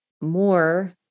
more